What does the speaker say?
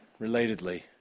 relatedly